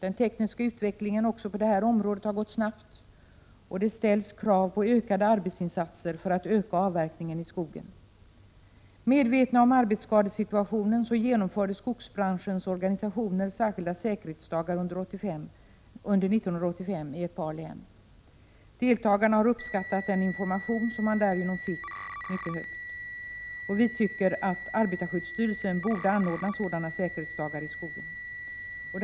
Den tekniska utvecklingen också på detta område har gått snabbt, och det ställs krav på ökade arbetsinsatser för att öka avverkningen i skogen. Medvetna om arbetsskadesituationen genomförde skogsbranschens organisationer särskilda säkerhetsdagar under 1985 i ett par län. Deltagarna uppskattade mycket högt den information som de därigenom fick. Arbetarskyddsstyrelsen borde anordna sådana säkerhetsdagar i skogen.